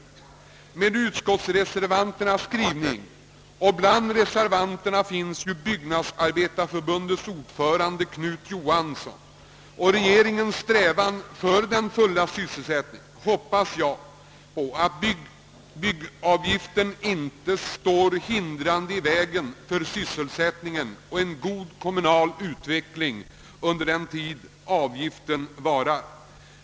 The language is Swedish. Med tanke på utskottsreservanternas skrivning — bland reservanterna finns ju bl.a. Byggnadsarbetareförbundets ordförande Knut Johansson — och regeringens strävanden att upprätta full sysselsättning hoppas jag att byggavgiften inte står hindrande i vägen för full sysselsättning och en god kommunal utveckling under den tid avgiften finns kvar.